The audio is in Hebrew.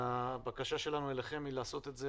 הבקשה שלנו אליכם היא לעשות את זה